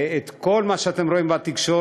את כל מה שאתם רואים בתקשורת,